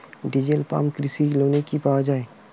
Diesel pump কৃষি লোনে কি পাওয়া য়ায়?